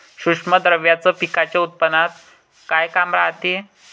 सूक्ष्म द्रव्याचं पिकाच्या उत्पन्नात का काम रायते?